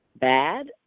bad